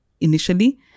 initially